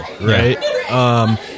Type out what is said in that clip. right